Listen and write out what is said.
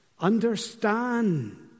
Understand